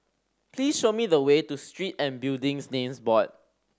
please show me the way to Street and Building Names Board